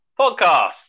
podcast